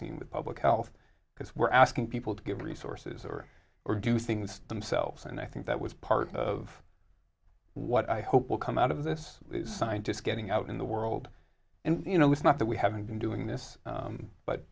vaccine with public health because we're asking people to give resources or or do things themselves and i think that was part of what i hope will come out of this is scientists getting out in the world and you know it's not that we haven't been doing this